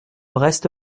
reste